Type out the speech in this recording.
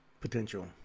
potential